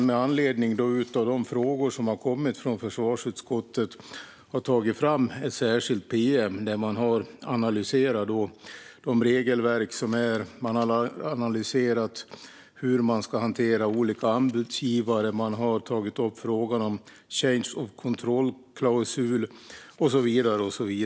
Med anledning av de frågor som kommit från försvarsutskottet har Trafikverket tagit fram ett särskilt pm där man har analyserat regelverken för hur man ska hantera olika anbudsgivare och tagit upp frågan om change of control-klausul och så vidare.